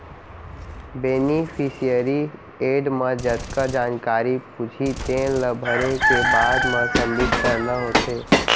beneficiary add म जतका जानकारी पूछही तेन ला भरे के बाद म सबमिट करना होथे